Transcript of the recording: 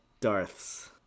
Darths